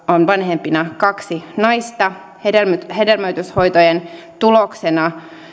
on vanhempina kaksi naista hedelmöityshoitojen tuloksena